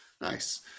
Nice